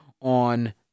on